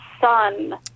son